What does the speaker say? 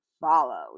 follow